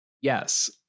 Yes